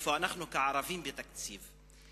איפה אנחנו, כערבים, בתקציב.